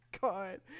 God